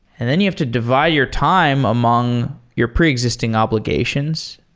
and then you have to divide your time among your pre-existing obligations.